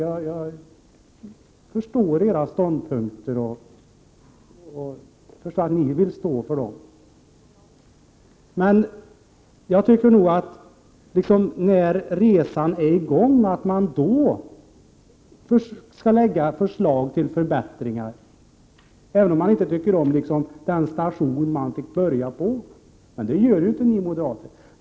Jag förstår era ståndpunkter och inser att ni vill stå för dem. Men när resan är så att säga påbörjad, måste man lägga fram förslag om förbättringar, även om man inte tycker om den station där resan började. Så gör ju inte ni moderater.